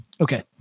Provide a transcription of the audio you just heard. Okay